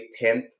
10th